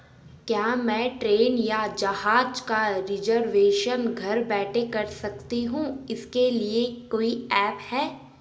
क्या मैं ट्रेन या जहाज़ का रिजर्वेशन घर बैठे कर सकती हूँ इसके लिए कोई ऐप है?